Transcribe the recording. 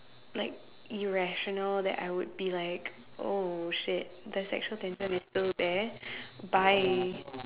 like irrational that I would be like oh shit the sexual tension is still there bye